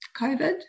covid